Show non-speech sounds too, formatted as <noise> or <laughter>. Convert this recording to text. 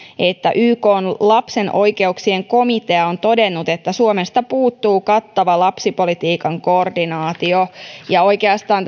että ykn lapsen oikeuksien komitea on todennut että suomesta puuttuu kattava lapsipolitiikan koordinaatio ja oikeastaan <unintelligible>